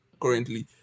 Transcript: currently